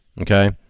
Okay